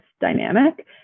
dynamic